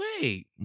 wait